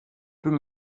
peux